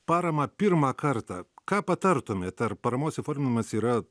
paramą pirmą kartą ką patartumėt ar paramos įforminimas yra